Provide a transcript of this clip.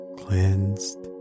cleansed